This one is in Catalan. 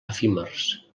efímers